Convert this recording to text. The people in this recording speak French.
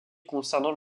concernant